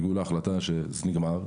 הגיעו להחלטה שזה נגמר.